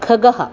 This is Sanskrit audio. खगः